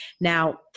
Now